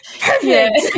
perfect